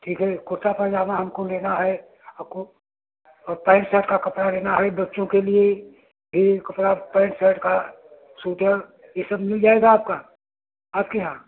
ठीक है एक कुर्ता पजामा हमको लेना हए और को और पएँट सर्ट का कपड़ा लेना हए बच्चों के लिए ये कपड़ा पएँट सर्ट का सूट ये सब मिल जाएगा आपका आपके यहाँ